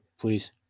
please